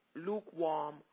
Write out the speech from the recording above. lukewarm